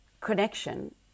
connection